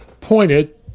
pointed